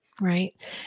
right